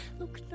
look